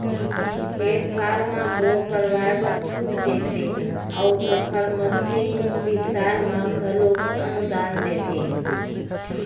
खेत खार म बोर करवाए बर छूट देते अउ ओखर मसीन बिसाए म घलोक अनुदान देथे